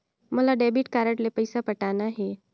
मोला debit card ले पइसा पटाना हे?